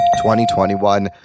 2021